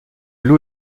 loup